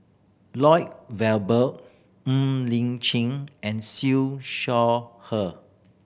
Lloyd Valberg Ng Li Chin and Siew Shaw Her